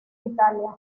italia